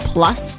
Plus